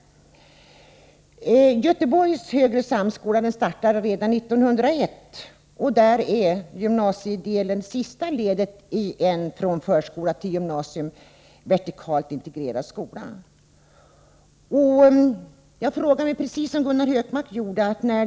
Göteborgs högre samskola startade redan 1901. Där är gymnasiedelen sista ledet i en från förskola till gymnasium vertikalt integrerad skola. Jag ställer mig, precis som Gunnar Hökmark, frågande.